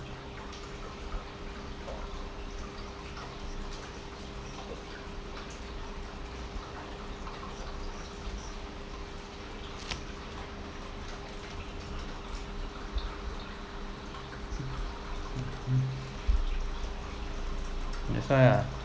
that's why I